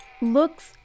looks